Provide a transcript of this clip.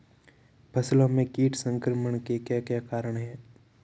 फसलों में कीट संक्रमण के क्या क्या कारण है?